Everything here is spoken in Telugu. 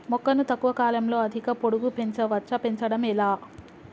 మొక్కను తక్కువ కాలంలో అధిక పొడుగు పెంచవచ్చా పెంచడం ఎలా?